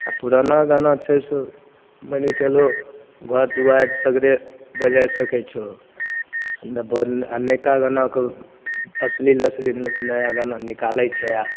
आ पुराना गाना छै से मने चलहो घर दुआरि सगरे बजाइ सकै छहो आ नवका गानाके अश्लील अश्लील नया गाना निकालै छै आ